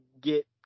get